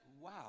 wow